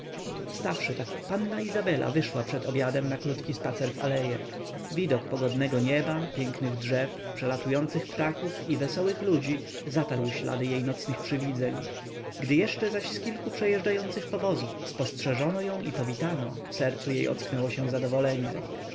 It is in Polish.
wstawszy tak późno panna izabela wyszła przed obiadem na krótki spacer w aleje widok pogodnego nieba pięknych drzew przelatujących ptaków i wesołych ludzi zatarł ślady jej nocnych przywidzeń gdy zaś jeszcze z kilku przejeżdżających powozów spostrzeżono ją i powitano w sercu jej ocknęło się zadowolenie